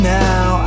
now